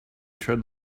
tried